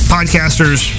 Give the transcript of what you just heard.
Podcasters